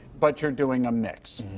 but you are doing a mix.